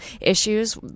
issues